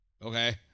Okay